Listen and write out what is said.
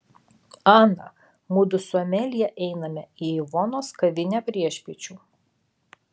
ana mudu su amelija einame į ivonos kavinę priešpiečių